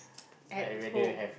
at home